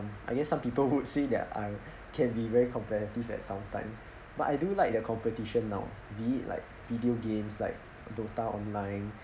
I guess some people would say that I can be very competitive at some time but I do like the competition now be it like video games like DOTA online